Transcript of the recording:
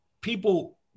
people